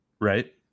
right